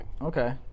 Okay